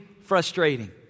Frustrating